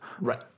Right